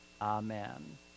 Amen